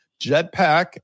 Jetpack